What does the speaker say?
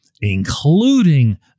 including